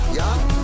young